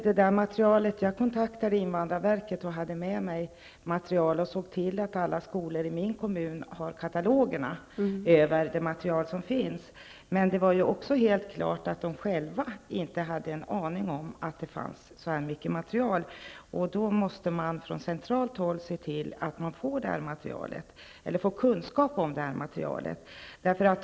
Herr talman! Jag kontaktade invandrarverket och hade med mig material. Jag såg till att alla skolor i min kommun har kataloger över det material som finns. Men det var helt klart att de på skolorna inte hade en aning om att det fanns så här mycket material. Då måste man på centralt håll se till att materialet kommer ut eller att kunskapen om materialet kommer ut.